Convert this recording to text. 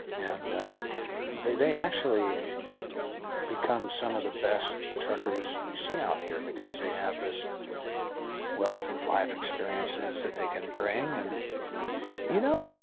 and they they actually become some of the best truckers you see out here because they have this wealth of life experiences that they can bring. and you know,